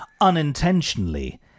unintentionally